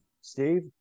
Steve